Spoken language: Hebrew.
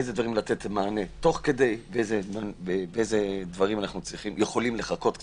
באיזה דברים לתת מענה תוך כדי ובאיזה דברים אנחנו יכולים לחכות קצת.